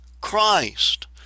Christ